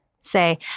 say